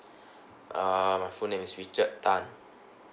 uh my full name is richard tan